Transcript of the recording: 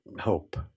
hope